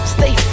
Stay